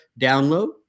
download